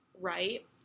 right